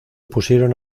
pusieron